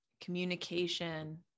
communication